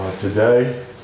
today